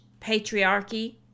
patriarchy